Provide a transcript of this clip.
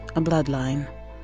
a bloodline,